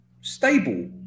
Stable